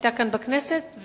שהיתה כאן, בכנסת,